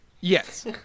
yes